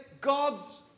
God's